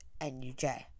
NUJ